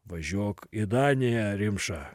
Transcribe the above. važiuok į daniją rimša